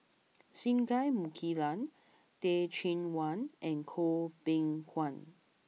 Singai Mukilan Teh Cheang Wan and Goh Beng Kwan